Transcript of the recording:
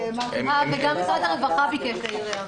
גם משרד הרווחה ביקש להעיר הערה.